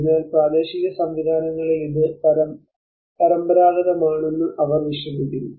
അതിനാൽ പ്രാദേശിക സംവിധാനങ്ങളിൽ ഇത് പരമ്പരാഗതമാണെന്ന് അവർ വിശ്വസിക്കുന്നു